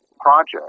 project